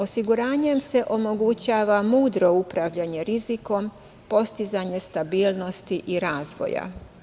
Osiguranjem se omogućava mudro upravljanje rizikom, postizanje stabilnosti i razvoja.